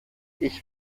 ich